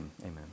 Amen